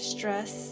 Stress